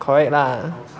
correct lah